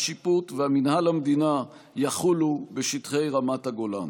השיפוט ומינהל המדינה יחולו בשטחי רמת הגולן.